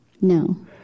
no